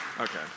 Okay